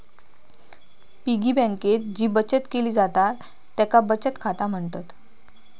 piggy बँकेत जी बचत केली जाता तेका बचत खाता म्हणतत